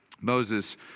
Moses